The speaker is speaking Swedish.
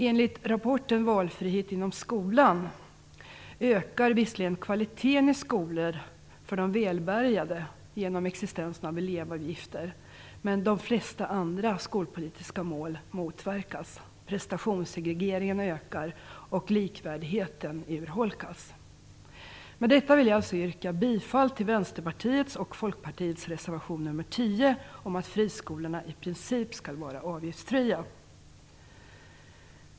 Enligt rapporten Valfrihet inom skolan ökar visserligen kvaliteten i skolor för de välbärgade genom existensen av elevavgifter, men de flesta andra skolpolitiska mål motverkas, prestationssegregeringen ökar och likvärdigheten urholkas. Med detta vill jag yrka bifall till Vänsterpartiets och Folkpartiets reservation nr. 10 om att friskolorna i princip skall vara avgiftsfria.